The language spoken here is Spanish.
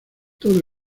todo